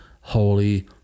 Holy